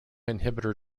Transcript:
inhibitor